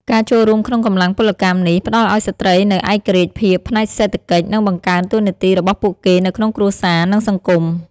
ការចូលរួមក្នុងកម្លាំងពលកម្មនេះ ផ្ដល់ឱ្យស្ត្រីនូវឯករាជ្យភាពផ្នែកសេដ្ឋកិច្ច និងបង្កើនតួនាទីរបស់ពួកគេនៅក្នុងគ្រួសារ និងសង្គម។